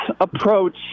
approach